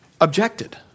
objected